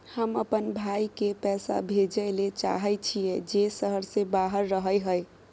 हम अपन भाई के पैसा भेजय ले चाहय छियै जे शहर से बाहर रहय हय